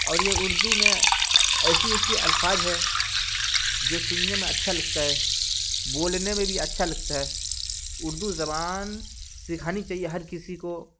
اور یہ اردو میں ایسی ایسی الفاظ ہے جو سننے میں اچھا لگتا ہے بولنے میں بھی اچھا لگتا ہے اردو زبان سکھانی چاہیے ہر کسی کو